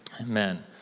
Amen